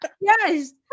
Yes